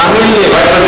תאמין לי.